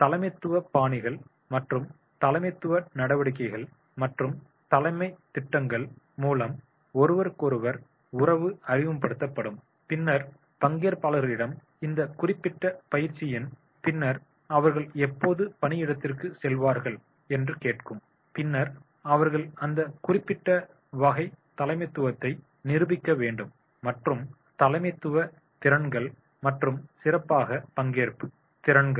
தலைமைத்துவ பாணிகள் மற்றும் தலைமைத்துவ நடவடிக்கைகள் மற்றும் தலைமைத் திட்டங்கள் மூலம் ஒருவருக்கொருவர் உறவு அறிமுகப்படுத்தப்படும் பின்னர் பங்கேற்பாளர்களிடம் இந்த குறிப்பிட்ட பயிற்சியின் பின்னர் அவர்கள் எப்போது பணியிடத்திற்குச் செல்வார்கள் என்று கேட்கும் பின்னர் அவர்கள் அந்த குறிப்பிட்ட வகை தலைமைத்துவத்தை நிரூபிக்க வேண்டும் மற்றும் தலைமைத்துவ திறன்கள் மற்றும் சிறப்பாக பங்கேற்பு திறன்கள்